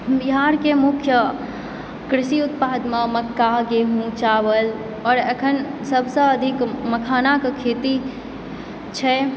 बिहारके मुख्य कृषि उत्पादमऽ मक्का गेहूँ चावल आओर अखन सभसँ अधिक मखानाके खेती छै